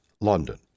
London